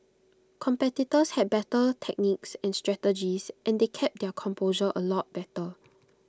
competitors had better techniques and strategies and they kept their composure A lot better